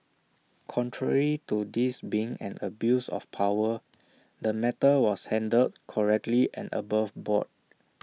contrary to this being an abuse of power the matter was handled correctly and above board